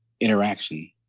interaction